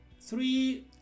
Three